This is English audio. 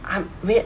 I'm wai~